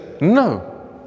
No